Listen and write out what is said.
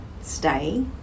stay